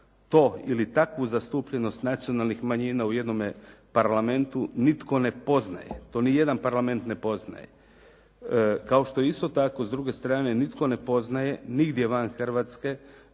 To ili takvu zastupljenost nacionalnih manjina u jednome Parlamentu nitko ne poznaje. To ni jedan Parlament ne poznaje. Kao što isto tako s druge strane nitko ne poznaje nigdje van Hrvatske